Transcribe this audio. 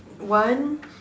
one